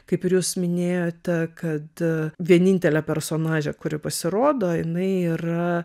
kaip ir jūs minėjote kad vienintelė personažė kuri pasirodo jinai yra